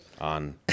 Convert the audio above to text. on